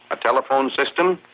a telephone system,